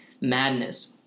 madness